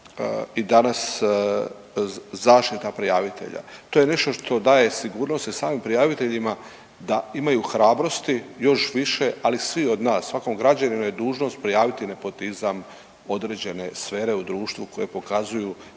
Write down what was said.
i danas zaštita prijavitelja. To je nešto što daje sigurnost i samim prijaviteljima da imaju hrabrosti još više, ali svi od nas, svakom građaninu je dužnost prijaviti nepotizam, određene sfere u društvu koje pokazuju da